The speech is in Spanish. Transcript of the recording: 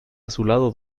azulado